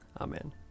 Amen